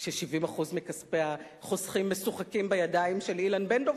70% מכספי החוסכים משוחקים בידיים של אילן בן-דב,